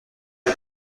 ont